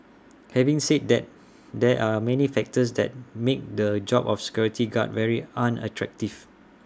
having said that there are many factors that make the job of security guard very unattractive